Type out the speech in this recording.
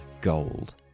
gold